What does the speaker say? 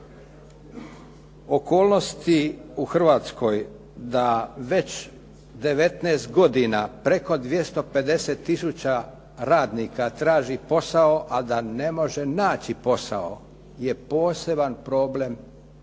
Okolnosti u Hrvatskoj da već 19 godina preko 250000 radnika traži posao a da ne može naći posao je poseban problem o kojima